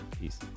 peace